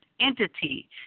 entity